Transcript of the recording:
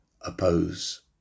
oppose